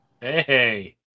Hey